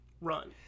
run